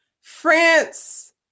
France